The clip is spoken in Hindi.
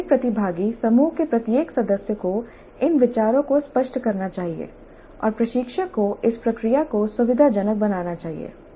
प्रत्येक प्रतिभागी समूह के प्रत्येक सदस्य को इन विचारों को स्पष्ट करना चाहिए और प्रशिक्षक को इस प्रक्रिया को सुविधाजनक बनाना चाहिए